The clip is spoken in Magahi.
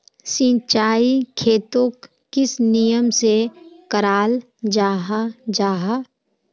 सिंचाई खेतोक किस नियम से कराल जाहा जाहा?